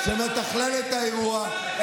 שמתכלל את האירוע,